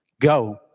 Go